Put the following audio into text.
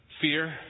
fear